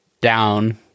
down